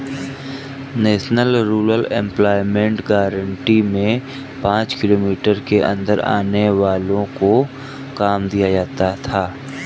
national rural employment guarantee में पांच kilometre के अंदर आने वालो को काम दिया जाता था